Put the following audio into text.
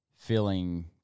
feeling